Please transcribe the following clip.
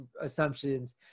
assumptions